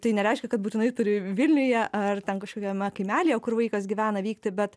tai nereiškia kad būtinai turi vilniuje ar ten kažkokiame kaimelyje kur vaikas gyvena vykti bet